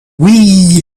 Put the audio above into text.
wii